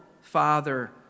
Father